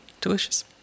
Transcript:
delicious